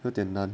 有点 none